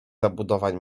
zabudowań